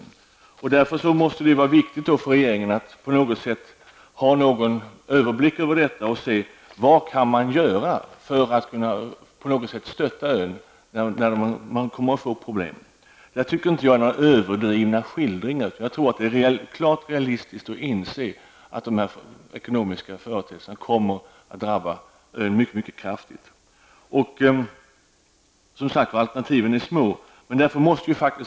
Därför är det viktigt att regeringen har överblick över detta och ser efter vad som kan göras för att på något sätt kunna stötta ön när den nu får problem. Jag tycker inte att mina skildringar är överdrivna. Det är helt realistiskt att inse att dessa ekonomiska företeelser kommer att drabba ön mycket hårt. Alternativen är få.